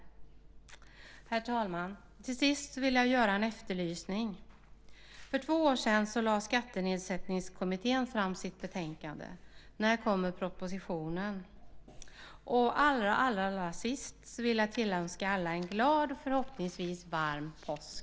Herr talman! Till sist vill jag göra en efterlysning. För två år sedan lade Skattenedsättningskommittén fram sitt betänkande. När kommer propositionen? Allra sist vill jag tillönska alla en glad och förhoppningsvis varm påsk.